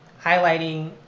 highlighting